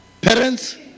Parents